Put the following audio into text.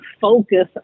focus